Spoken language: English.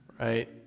right